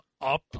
up